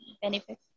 Benefit